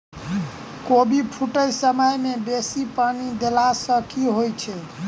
कोबी फूटै समय मे बेसी पानि देला सऽ की होइ छै?